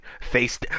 Face